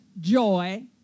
joy